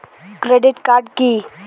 Credit card কি?